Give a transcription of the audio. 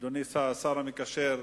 אדוני השר המקשר,